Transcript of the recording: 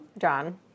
John